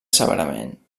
severament